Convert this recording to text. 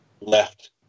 left